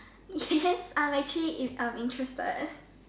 yes I'm actually in I'm interested